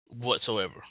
whatsoever